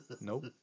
Nope